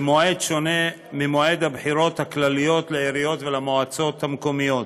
במועד שונה ממועד הבחירות הכלליות לעיריות ולמועצות המקומיות.